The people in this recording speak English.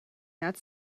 that